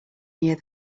here